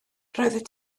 roeddet